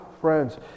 friends